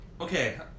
Okay